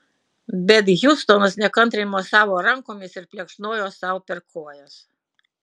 bet hiustonas nekantriai mosavo rankomis ir plekšnojo sau per kojas